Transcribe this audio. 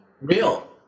real